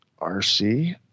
RC